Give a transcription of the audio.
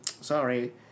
sorry